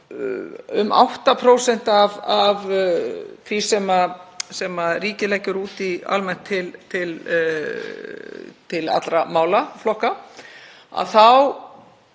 um 8% af því sem ríkið leggur út almennt til allra málaflokka, þá